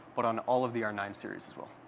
but on all of the r nine series as well.